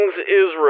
Israel